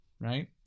right